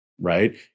Right